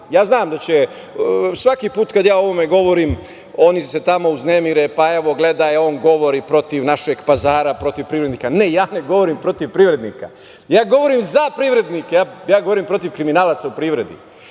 Znam da će svaki put kada ja o ovome govorim oni tamo da se uznemire. Evo, gledaj, on govori protiv našeg Pazara, protiv privrednika. Ne, ja ne govorim protiv privrednika, ja govorim za privrednike. Govorim protiv kriminalaca u privredi.